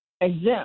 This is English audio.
exempt